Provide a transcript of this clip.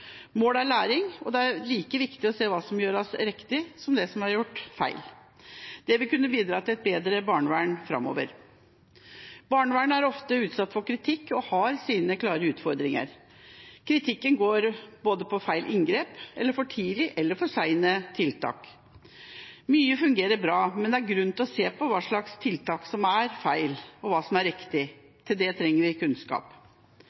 Målet er læring, og det er like viktig å se hva som gjøres riktig, som det som er gjort feil. Det vil kunne bidra til et bedre barnevern framover. Barnevernet er ofte utsatt for kritikk, og har sine klare utfordringer. Kritikken går både på feil inngrep og på for tidlige eller for sene tiltak. Mye fungerer bra, men det er grunn til å se på hva slags tiltak som er feil, og hva som er